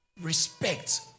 respect